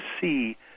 see